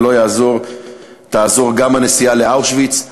ולא תעזור גם הנסיעה לאושוויץ.